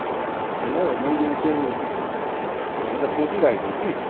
होइन हौ मैले चाहिँ एउटा सोचिरहेको छु कि